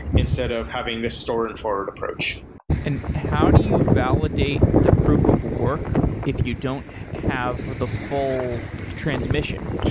instead of having the store and forward approach and how do you validate the proof of work if you don't have the full transmission?